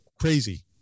crazy